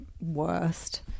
worst